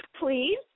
Please